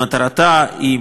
מטרתה היא,